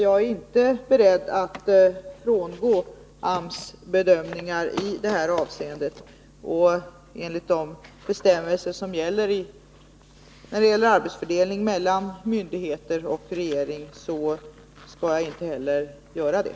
Jag är inte beredd att frångå AMS bedömningar i detta avseende, och enligt de bestämmelser som gäller i fråga om arbetsfördelningen mellan myndigheter och regeringen skall jag inte heller göra det.